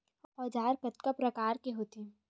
औजार कतना प्रकार के होथे?